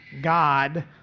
God